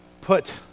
put